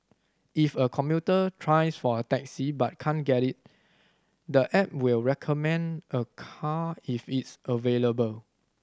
if a commuter tries for a taxi but can't get it the app will recommend a car if it's available